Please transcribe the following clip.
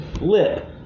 Lip